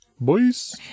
Boys